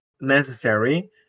necessary